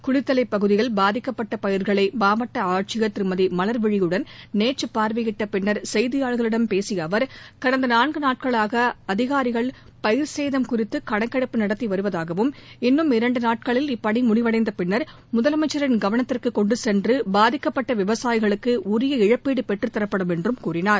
குளித்தலை பகுதியில் பாதிக்கப்பட்ட பயிர்களை மாவட்ட ஆட்சியர் திருமதி மலர்விழியுடன் நேற்று பார்வையிட்ட பின்னர் செய்தியாளர்களிடம் பேசிய அவர் கடந்த நான்கு நாட்களாக அதிகாரிகள் பயிர் சேதம் குறித்து கணக்கெடுப்பு நடத்தி வருவதாகவும் இன்னும் இரண்டு நாட்களில் இப்பணி முடிவடைந்த பின்னா் முதலமைச்சின் கவனத்திற்கு கொண்டுச் சென்று பாதிக்கப்பட்ட விவசாயிகளுக்கு உரிய இழப்பீடு பெற்றுத்தரப்படும் என்றும் கூறினார்